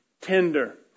tender